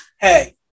Hey